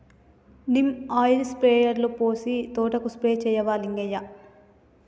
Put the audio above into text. neem oil స్ప్రేయర్లో పోసి తోటకు స్ప్రే చేయవా లింగయ్య